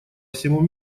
всему